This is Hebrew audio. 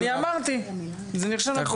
אני אמרתי, זה נרשם לפרוטוקול.